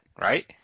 right